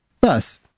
Thus